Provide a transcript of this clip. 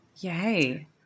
Yay